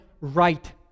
right